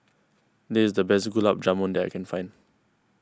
this is the best Gulab Jamun that I can find